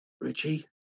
Richie